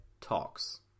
Talks